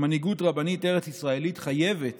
שמנהיגות רבנית ארץ-ישראלית חייבת